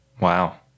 Wow